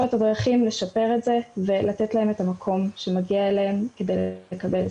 את הדרכים לשפר את זה ולתת להם את המקום שמגיע להם כדי לקבל עזרה.